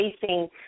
facing